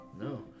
No